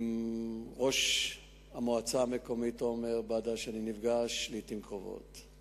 עם ראש המועצה המקומית עומר בדש אני נפגש לעתים קרובות.